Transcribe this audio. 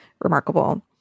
remarkable